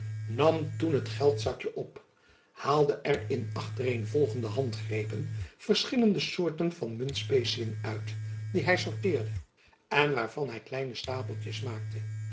nam toen het geldzakjen op haalde er in achtereenvolgende handgrepen verschillende soorten van muntspeciën uit die hy sorteerde en waarvan hy kleine stapeltjens maakte